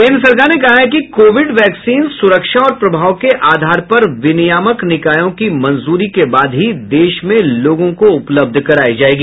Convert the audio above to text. केंद्र सरकार ने कहा है कि कोविड वैक्सीन सुरक्षा और प्रभाव के आधार पर विनियामक निकायों की मंजूरी के बाद ही देश में लोगों को उपलब्ध कराई जायेगी